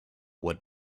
would